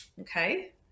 Okay